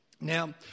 Now